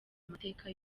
mateka